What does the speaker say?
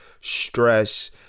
stress